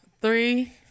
Three